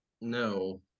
No